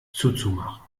zuzumachen